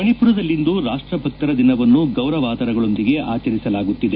ಮಣಿಮರದಲ್ಲಿಂದು ರಾಷ್ಷಭಕ್ತರ ದಿನವನ್ನು ಗೌರವಾದರಗಳೊಂದಿಗೆ ಆಚರಿಸಲಾಗುತ್ತಿದೆ